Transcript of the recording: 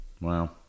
Wow